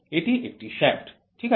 এটি একটি শ্যাফ্ট ঠিক আছে